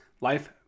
life